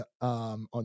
on